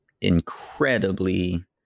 incredibly